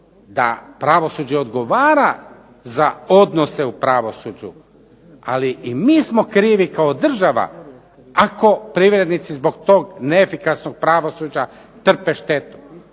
da pravosuđe i odgovara za odnose u pravosuđu, ali i mi smo krivi kao država ako privrednici zbog tog neefikasnog pravosuđa trpe štetu.